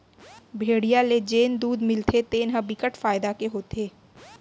भेड़िया ले जेन दूद मिलथे तेन ह बिकट फायदा के होथे